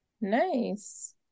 Nice